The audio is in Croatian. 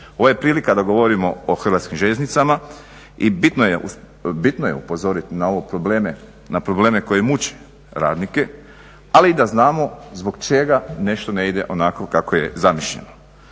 Ovo je prilika da govorimo o Hrvatskim željeznicama i bitno je upozoriti na ove probleme, na probleme koji muče radnike ali i da znamo zbog čega nešto ne ide onako kako je zamišljeno,